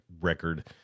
record